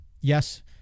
yes